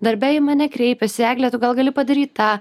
darbe į mane kreipiasi egle tu gal gali padaryt tą